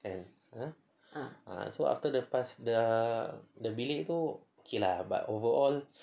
kan ah ah so after lepas dah the bilik tu okay lah but overall